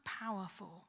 powerful